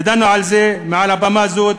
ודנו על זה מעל במה זו,